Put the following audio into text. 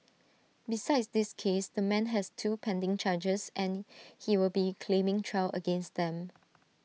besides this case the man has two pending charges and he will be claiming trial against them